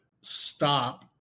stop